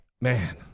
Man